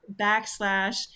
backslash